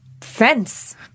fence